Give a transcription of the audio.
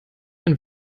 bin